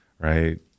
Right